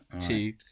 two